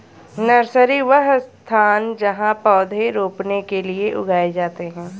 nursery, वह स्थान जहाँ पौधे रोपने के लिए उगाए जाते हैं